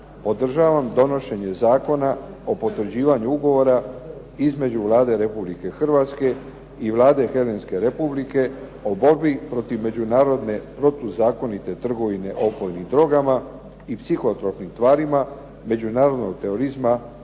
podržavam donošenje Zakona o potvrđivanju između Vlade Republike Hrvatske i Vlade Helenske Republike o borbi protiv međunarodne o borbi protiv međunarodne protuzakonite trgovine opojnim drogama i psihotropnim tvarima međunarodnog terorizma